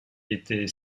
était